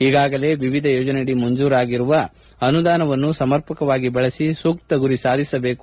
ಈಗಾಗಲೇ ವಿವಿಧ ಯೋಜನೆಗಳಡಿ ಮಂಜೂರಾಗಿರುವ ಅನುದಾನವನ್ನು ಸಮರ್ಪಕವಾಗಿ ಬಳಸಿ ಸೂಕ್ತ ಗುರಿ ಸಾಧಿಸಬೇಕು